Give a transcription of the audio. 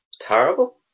terrible